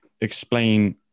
explain